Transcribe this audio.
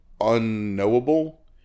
unknowable